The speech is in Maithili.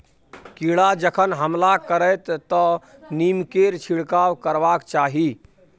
कीड़ा जखन हमला करतै तँ नीमकेर छिड़काव करबाक चाही